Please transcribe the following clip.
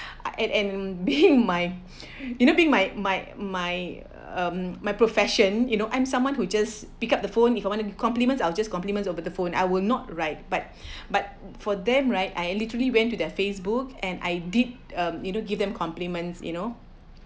I and and being my you know being my my my mm my profession you know I'm someone who just pick up the phone if you wanted to compliments I'll just compliments over the phone I will not write but but for them right I literally went to their Facebook and I did um you know give them compliments you know